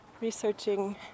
researching